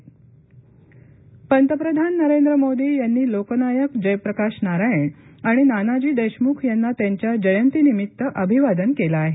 मोदी अभिवादन पंतप्रधान नरेंद्र मोदी यांनी लोकनायक जयप्रकाश नारायण आणि नानाजी देशमुख यांना त्यांच्या जयंती निमित्त अभिवादन केलं आहे